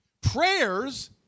Prayers